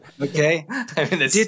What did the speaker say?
Okay